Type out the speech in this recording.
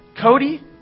Cody